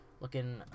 looking